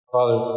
Father